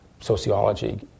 sociology